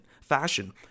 Fashion